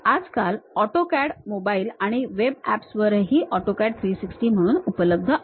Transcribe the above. आजकाल AutoCAD mobile आणि web apps वरही AutoCAD 360 म्हणून उपलब्ध आहे